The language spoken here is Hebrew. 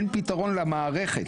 אין פתרון למערכת,